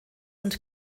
und